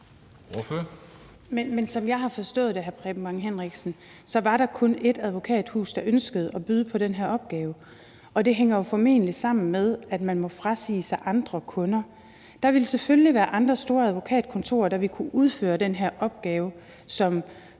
Men som jeg har forstået det, hr. Preben Bang Henriksen, var der kun ét advokathus, der ønskede at byde på den her opgave. Og det hænger jo formentlig sammen med, at man må frasige sig andre kunder. Der vil selvfølgelig være andre store advokatkontorer, der vil kunne udføre den her opgave, som